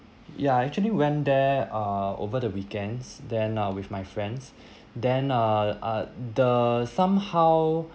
ya actually went there uh over the weekends then uh with my friends then uh uh the somehow